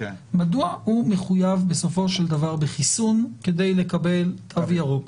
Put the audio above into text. מדוע הוא מחויב בסופו של דבר בחיסון כדי לקבל תו ירוק?